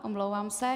Omlouvám se.